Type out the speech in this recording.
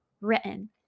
written